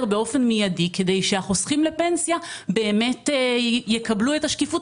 באופן מיידי כדי שהחוסכים לפנסיה באמת יקבלו את השקיפות